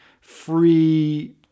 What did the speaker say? free